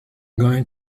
going